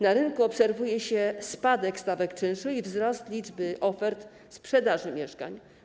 Na rynku obserwuje się spadek stawek czynszu i wzrost liczby ofert sprzedaży mieszkań.